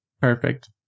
perfect